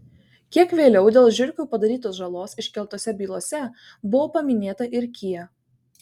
kiek vėliau dėl žiurkių padarytos žalos iškeltose bylose buvo paminėta ir kia